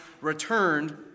returned